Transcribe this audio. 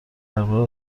درباره